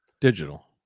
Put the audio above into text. digital